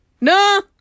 No